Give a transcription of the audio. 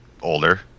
older